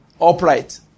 upright